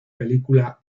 película